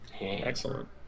Excellent